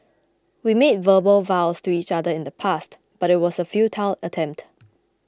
we made verbal vows to each other in the past but it was a futile attempt